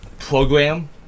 program